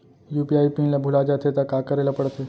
UPI PIN ल भुला जाथे त का करे ल पढ़थे?